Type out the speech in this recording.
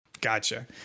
gotcha